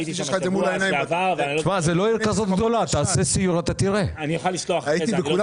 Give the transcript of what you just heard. הייתי שם בשבוע שעבר, אני אוכל לשלוח אחרי כן.